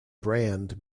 brand